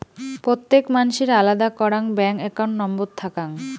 প্রত্যেক মানসির আলাদা করাং ব্যাঙ্ক একাউন্ট নম্বর থাকাং